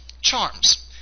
charms